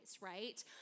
Right